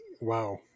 wow